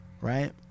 right